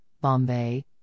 Bombay